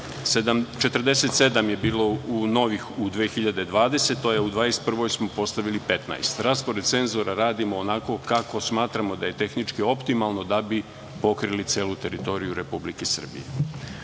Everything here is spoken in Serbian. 47 je bilo novih u 2020. godini, a u 2021. godini smo postavili 15. Raspored senzora radimo onako kako smatramo da je tehnički optimalno da bi pokrili celu teritoriju Republike Srbije. Ovde